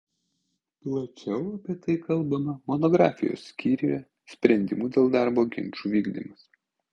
plačiau apie tai kalbama monografijos skyriuje sprendimų dėl darbo ginčų vykdymas